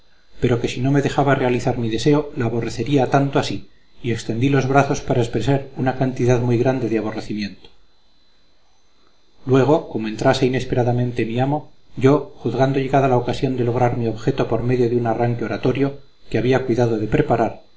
pero que si no me dejaba realizar mi deseo la aborrecería tanto así y extendí los brazos para expresar una cantidad muy grande de aborrecimiento luego como entrase inesperadamente mi amo yo juzgando llegada la ocasión de lograr mi objeto por medio de un arranque oratorio que había cuidado de preparar